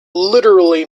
literally